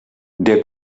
der